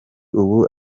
ubu